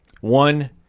One